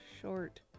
short